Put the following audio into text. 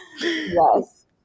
Yes